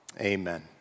amen